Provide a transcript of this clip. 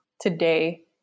today